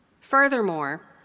Furthermore